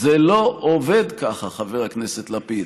זה לא עובד ככה, חבר הכנסת לפיד.